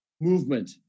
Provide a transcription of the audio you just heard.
movement